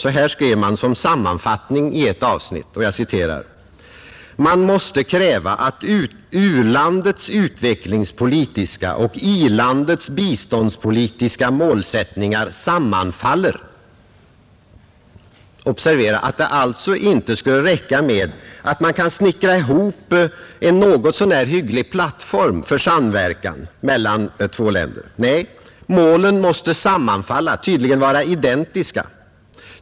Så här skrev de som sammanfattning i ett avsnitt: ”Man måste kräva att u-landets utvecklingspolitiska och i-landets biståndspolitiska målsättningar sammanfaller.” Observera att det alltså inte skulle räcka med att man kan snickra ihop en något så när hygglig plattform för samverkan mellan två länder. Nej, målen måste sammanfalla, tydligen vara identiska.